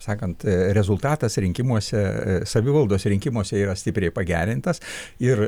sakant rezultatas rinkimuose savivaldos rinkimuose yra stipriai pagerintas ir